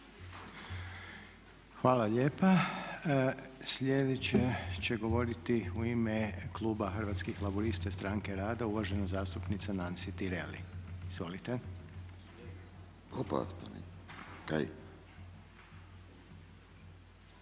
Hvala lijepa. Sljedeća će govoriti u ime kluba Hrvatskih laburista i stranke rada uvažena zastupnica Nansi Tireli, izvolite.